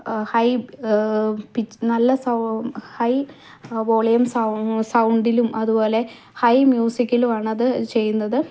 high pitch നല്ല സൗ high volume സൗ സൗണ്ടിലും അതുപോലെ ഹൈ മ്യൂസിക്കിലും ആണത് ചെയ്യുന്നത്